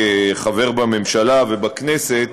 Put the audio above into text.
כחבר בממשלה ובכנסת,